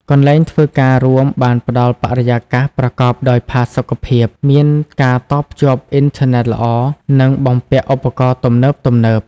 កន្លែងធ្វើការរួមបានផ្តល់បរិយាកាសប្រកបដោយផាសុកភាព មានការតភ្ជាប់អ៊ីនធឺណិតល្អ និងបំពាក់ឧបករណ៍ទំនើបៗ។